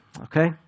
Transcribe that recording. Okay